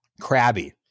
crabby